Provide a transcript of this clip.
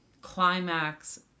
climax